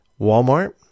Walmart